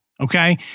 Okay